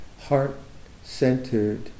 heart-centered